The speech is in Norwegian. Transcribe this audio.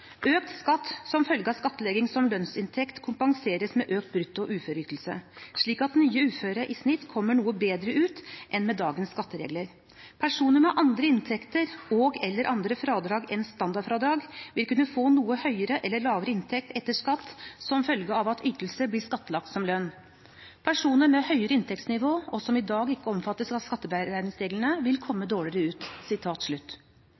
skatt som følge av skattelegging som lønnsinntekt kompenseres med økt brutto uføreytelse, slik at nye uføre i snitt kommer noe bedre ut enn med dagens skatteregler. Personer med andre inntekter og/eller andre fradrag enn standardfradrag vil kunne få noe høyere eller lavere inntekt etter skatt som følge av at ytelser blir skattlagt som lønn. Personer med høyere inntektsnivå, og som i dag ikke omfattes av skatteberegningsreglene, vil komme dårligere ut.»